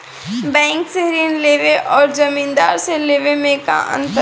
Bank से ऋण लेवे अउर जमींदार से लेवे मे का अंतर बा?